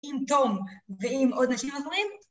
עם תום ועם עוד אנשים עוורים